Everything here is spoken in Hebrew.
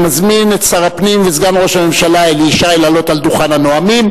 אני מזמין את שר הפנים וסגן ראש הממשלה אלי ישי לעלות על דוכן הנואמים,